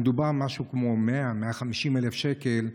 מדובר על משהו כמו 100,000 150,000 שקל,